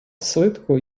свитку